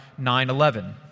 9-11